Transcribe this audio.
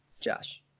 Josh